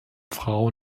frau